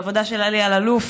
ועבודה של אלי אלאלוף